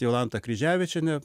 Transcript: jolanta kryževičienė